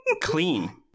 clean